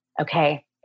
okay